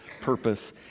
purpose